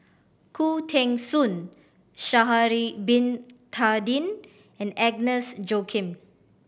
Khoo Teng Soon Sha'ari Bin Tadin and Agnes Joaquim